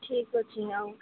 ଠିକ ଅଛି ଆଉ